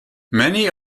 many